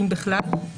אם בכלל.